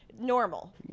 Normal